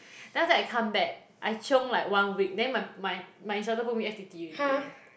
then after that I come back I chiong like one week then my my instructor book me f_t_t already eh